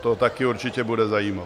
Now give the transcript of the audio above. To také určitě bude zajímavé.